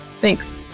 Thanks